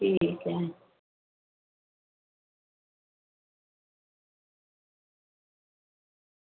ठीक ऐ